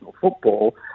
football